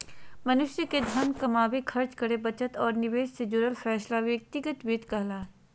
मनुष्य के धन कमावे, खर्च करे, बचत और निवेश से जुड़ल फैसला व्यक्तिगत वित्त कहला हय